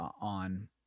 on